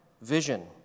vision